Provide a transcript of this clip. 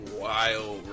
wild